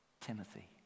Timothy